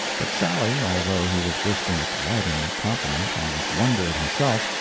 but sally, although he was bursting with delight in the compliment and with wonder at himself,